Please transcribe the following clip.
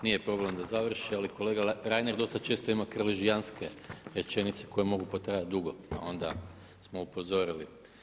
Nije problem da završi ali kolega Reiner dosta često ima krležijanske rečenice koje mogu potrajati dugo, pa onda smo upozorili.